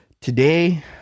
today